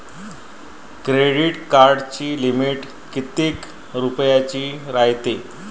Credit कार्डाची limit कितीक रुपयाची रायते?